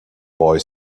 boy